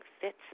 fits